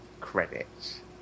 credits